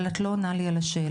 אבל את לא עונה לי על השאלה,